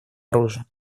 оружию